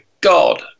God